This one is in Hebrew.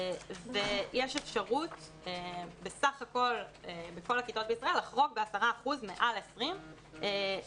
יש אפשרות בכל הכיתות בישראל לחרוג ב-10 אחוזים מעל 20 כאשר